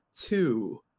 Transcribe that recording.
two